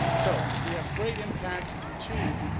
so we have great impact. and, two,